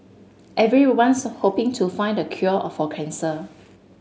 everyone's hoping to find the cure of a cancer